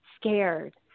Scared